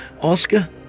Oscar